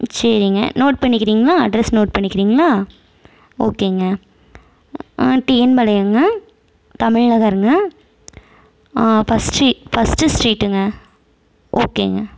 சரிங்க நோட் பண்ணிக்கிறிங்களா address note பண்ணிக்கிறிங்களா ஓக்கேங்க டிஎன் பாளையம்ங்க தமிழ் நகருங்க பஸ்சீ ஃபர்ஸ்ட்டு ஸ்டீட்டுங்க ஓக்கேங்க